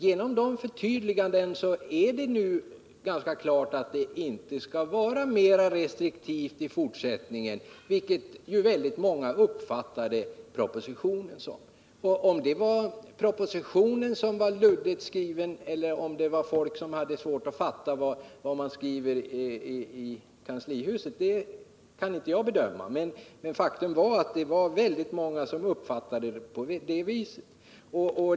Genom dessa förtydliganden är det nu ganska klart att det i fortsättningen inte skall bli mer restriktivt, något som många trodde att propositionen syftade till. Om det var propositionen som var luddigt skriven eller om folk hade svårt att fatta vad man skriver i kanslihuset kan jag inte bedöma. Men faktum är att många uppfattade det på det viset.